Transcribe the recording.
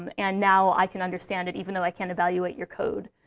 and and now i can understand it, even though i can't evaluate your code.